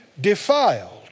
defiled